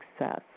success